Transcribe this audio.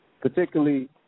particularly